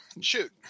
Shoot